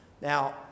Now